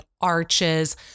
Arches